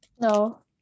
no